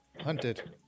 Hunted